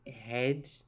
head